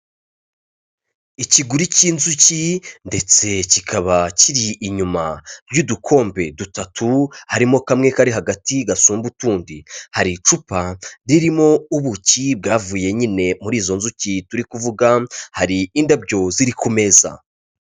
Ikiguri cy'inzuki ndetse kikaba kiri inyuma y'udukombe dutatu, harimo kamwe kari hagati gasumba utundi. Hari icupa ririmo ubuki bwavuye nyine muri izo nzuki turi kuvuga; hari indabyo ziri ku meza.